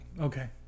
Okay